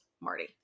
Marty